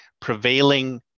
prevailing